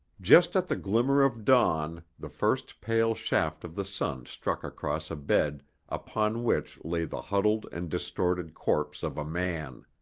just at the glimmer of dawn the first pale shaft of the sun struck across a bed upon which lay the huddled and distorted corpse of a man.